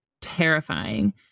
terrifying